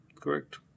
correct